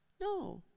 No